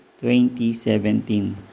2017